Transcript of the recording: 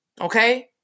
okay